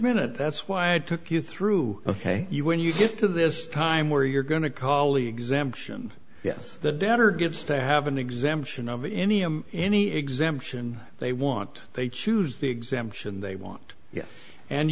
minute that's why i took you through ok you when you get to this time where you're going to call the exemption yes the debtor gets to have an exemption of any i'm any exemption they want they choose the exemption they want